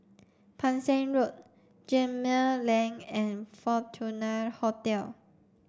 Pang Seng Road Gemmill Lane and Fortuna Hotel